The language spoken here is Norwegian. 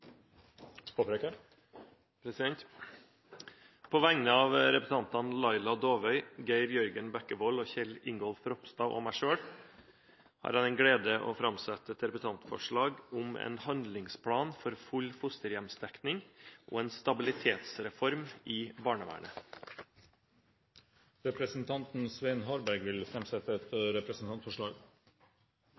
På vegne av representantene Laila Dåvøy, Geir Jørgen Bekkevold, Kjell Ingolf Ropstad og meg selv har jeg den glede å framsette et representantforslag om en handlingsplan for full fosterhjemsdekning og en stabilitetsreform i barnevernet. Representanten Svein Harberg vil framsette et representantforslag.